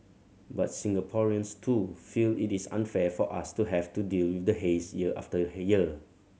but Singaporeans too feel it is unfair for us to have to deal with the haze year after year